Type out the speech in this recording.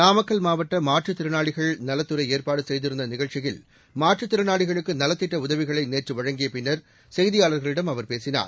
நாமக்கல் மாவட்ட மாற்றுத் திறனாளிகள் நலத்துறை ஏற்பாடு செய்திருந்த நிகழ்ச்சியில் மாற்றுத் திறனாளிகளுக்கு நலத்திட்ட உதவிகளை நேற்று வழங்கிய பின்னர் செய்தியாளர்களிடம் அவர் பேசினார்